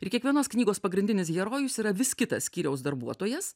ir kiekvienos knygos pagrindinis herojus yra vis kitas skyriaus darbuotojas